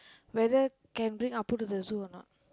whether can bring Appu to the zoo or not